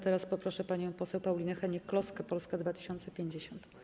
Teraz poproszę panią poseł Paulinę Hennig-Kloskę, Polska 2050.